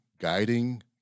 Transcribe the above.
guiding